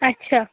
اچھا